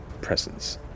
presence